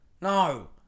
No